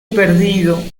perdido